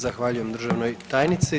Zahvaljujem državnoj tajnici.